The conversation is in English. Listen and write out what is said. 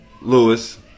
Lewis